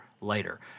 later